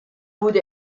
wurde